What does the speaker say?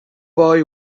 boy